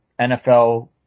NFL